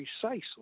precisely